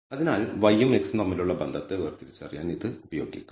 അതിനാൽ y ഉം x ഉം തമ്മിലുള്ള ബന്ധത്തെ വേർതിരിച്ചറിയാൻ ഇത് ഉപയോഗിക്കാം